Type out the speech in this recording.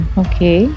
okay